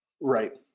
right